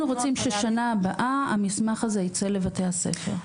רוצים ששנה הבאה המסמך הזה ייצא לבתי הספר.